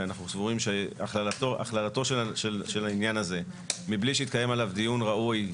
ואנחנו סבורים שהכללתו של העניין הזה מבלי שהתקיים עליו דיון ראוי,